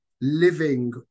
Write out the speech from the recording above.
living